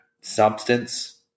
substance